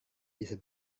bisa